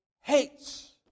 hates